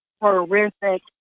horrific